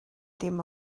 dim